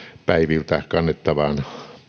päiviltä kannettavaan